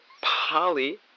Poly